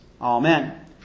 Amen